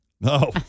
No